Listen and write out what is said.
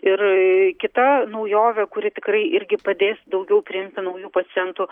ir kita naujovė kuri tikrai irgi padės daugiau priimti naujų pacientų